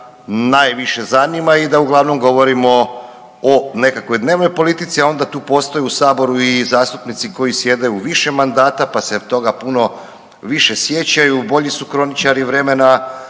najviše zanima i da uglavnom govorimo o nekakvoj dnevnoj politici, a onda tu postoje u saboru i zastupnici koji sjede u više mandata pa se toga puno više sjećaju, bolji su kroničari vremena